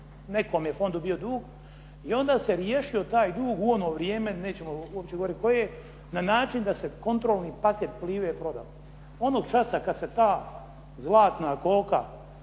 nekome je fondu bio dug i onda se riješio taj dug u ono vrijeme, nećemo uopće govoriti koje na način da se kontrolni paket Plive proda. Onoga časa kada se ta zlatna koka